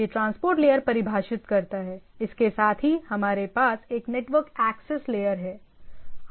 यह transport layer परिभाषित करता है इसके साथ ही हमारे पास एक नेटवर्क एक्सेस लेयर है